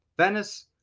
Venice